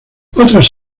otras